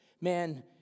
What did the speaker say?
man